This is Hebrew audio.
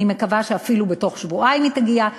אני מקווה שאפילו בתוך שבועיים היא תגיע,